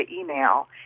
email